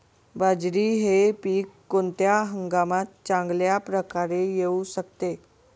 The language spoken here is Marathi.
बाजरी हे पीक कोणत्या हंगामात चांगल्या प्रकारे येऊ शकते?